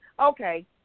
okay